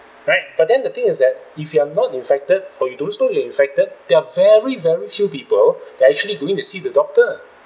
right but then the thing is that if you are not infected or you don't show you infected there very very few people that actually going to see the doctor